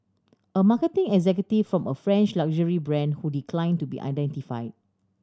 a marketing executive from a French luxury brand who decline to be identify